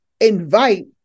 invite